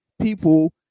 people